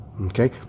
Okay